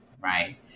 right